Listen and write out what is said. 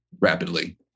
rapidly